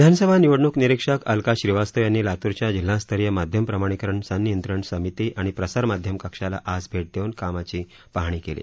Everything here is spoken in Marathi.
विधानसभा निवडणूक निरीक्षक अलका श्रीवास्तव यांनी लातूरच्या जिल्हास्तरीय माध्यम प्रमाणीकरण संनियंत्रण समिती आणि प्रसारमाध्यम कक्षाला आज भेट देऊन कामाची पाहणी केली